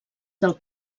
del